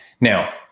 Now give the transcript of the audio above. now